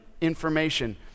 information